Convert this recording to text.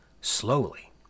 Slowly